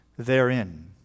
therein